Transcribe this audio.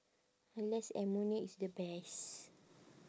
unless ammonia is the best